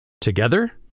Together